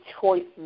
choices